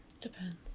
Depends